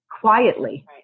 quietly